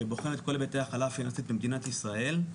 שבוחן את כל ההיבטים במדינת ישראל.